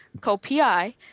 co-pi